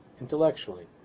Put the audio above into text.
intellectually